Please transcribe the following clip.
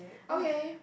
okay